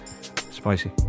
Spicy